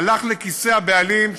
הוא הלך לכיסי הבעלים,